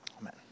Amen